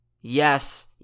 Yes